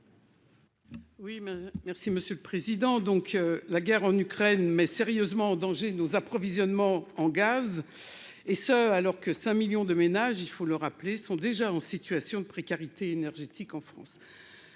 Mme Raymonde Poncet Monge. La guerre en Ukraine met sérieusement en danger nos approvisionnements en gaz, et ce alors que 5 millions de ménages, il faut le rappeler, sont déjà en situation de précarité énergétique en France.